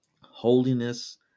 Holiness